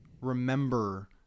remember